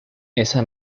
esa